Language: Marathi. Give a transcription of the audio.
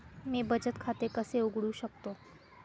मी बचत खाते कसे उघडू शकतो?